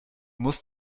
musst